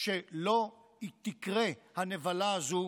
שלא תקרה הנבלה הזו